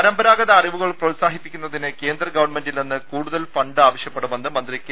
പരമ്പരാഗത അറിവുകൾ പ്രോത്സാഹിപ്പിക്കുന്നതിന് കേന്ദ്ര ഗവൺമെന്റിൽനിന്ന് കൂടുതൽ ഫണ്ട് ആവശ്യപ്പെടുമെന്ന് മന്ത്രി കെ